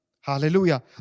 Hallelujah